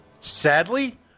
Sadly